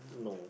no